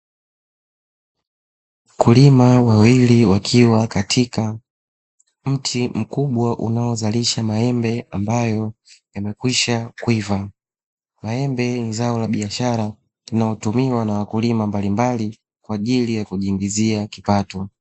Wakulima wawili wakiwa katika mti mkubwa, unaozalisha maembea ambayo yamekwisha kuiva, maembe ni zao la biashara linalotumiwa na wakulima mbalimbali kwa ajili ya kujiingizia kipato.